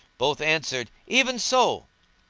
both answered even so!